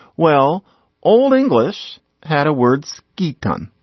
well old english had a words get done.